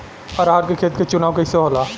अरहर के खेत के चुनाव कइसे होला?